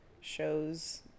shows